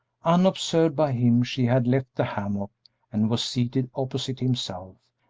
unobserved by him she had left the hammock and was seated opposite himself,